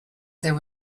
there